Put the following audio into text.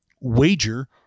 wager